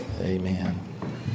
Amen